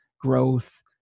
growth